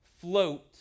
float